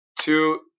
Two